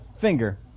finger